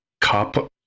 cop